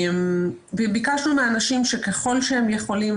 ביקשנו מהאנשים שככל שהם יכולים,